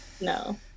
no